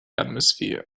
atmosphere